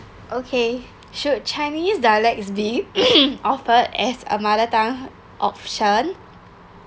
okay should chinese dialects be offered as a mother tongue option